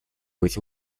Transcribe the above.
быть